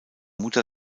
mutter